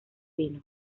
vino